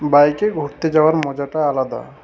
বাইকে ঘুরতে যাওয়ার মজাটা আলাদা